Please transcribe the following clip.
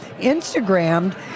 Instagrammed